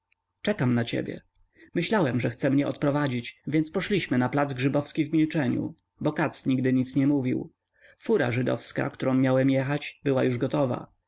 czekam na ciebie myślałem że chce mnie odprowadzić więc poszliśmy na plac grzybowski w milczeniu bo katz nigdy nic nie mówił fura żydowska którą miałem jechać była już gotowa